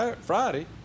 Friday